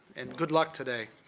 and good luck today.